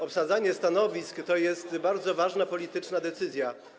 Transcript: Obsadzanie stanowisk to jest bardzo ważna polityczna decyzja.